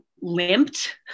limped